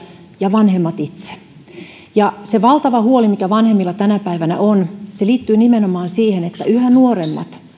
ja vanhemmat itse se valtava huoli mikä vanhemmilla tänä päivänä on liittyy nimenomaan siihen että yhä nuoremmat